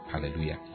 Hallelujah